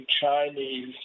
Chinese